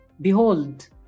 Behold